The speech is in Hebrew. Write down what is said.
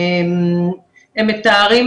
הם מתארים